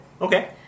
okay